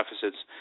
deficits